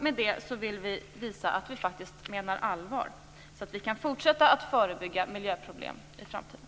Med det vill vi visa att vi faktiskt menar allvar, så att vi kan fortsätta att förebygga miljöproblem i framtiden.